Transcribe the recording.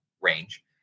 range